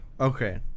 okay